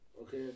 Okay